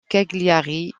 cagliari